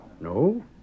No